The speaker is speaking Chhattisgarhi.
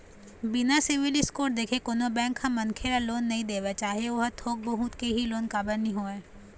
बिना सिविल स्कोर देखे कोनो बेंक ह मनखे ल लोन नइ देवय चाहे ओहा थोक बहुत के ही लोन काबर नीं होवय